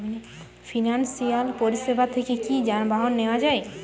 Financial পরিসেবা থেকে কি যানবাহন নেওয়া যায়?